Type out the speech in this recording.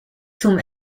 zum